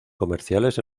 comerciales